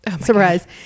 Surprise